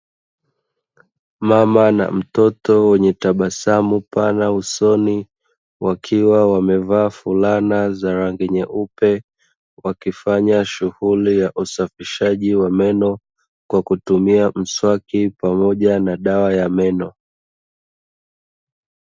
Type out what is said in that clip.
Mama na mtoto wenye tabasamu pana usoni wakiwa wamevaa fulana za rangi nyeupe wakifanya shughuli ya usafishaji wa meno kwa kutumia mswaki pamoja na dawa ya meno.